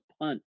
punt